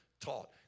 taught